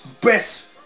best